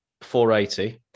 480